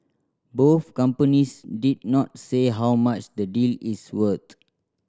both companies did not say how much the deal is worth